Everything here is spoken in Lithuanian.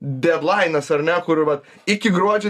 dedlainas ar ne kur va iki gruodžio